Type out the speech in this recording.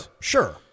sure